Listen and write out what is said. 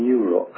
euro